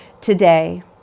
today